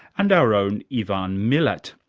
and our own ivan milat.